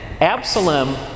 Absalom